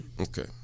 Okay